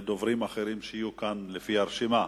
ודוברים אחרים שיהיו כאן, לפי הרשימה.